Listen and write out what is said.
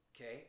okay